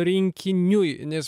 rinkiniui nes